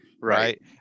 right